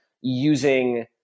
using